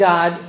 God